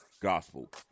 Gospel